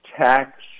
tax